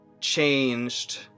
changed